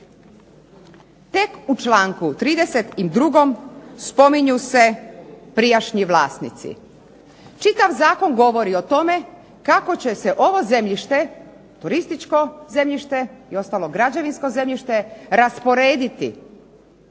tek u članku 32. spominju se prijašnji vlasnici. Čitav zakon govori o tome kako će se ovo zemljište, turističko zemljište i ostalo građevinsko zemljište rasporediti